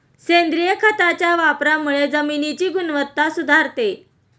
सेंद्रिय खताच्या वापरामुळे जमिनीची गुणवत्ता सुधारते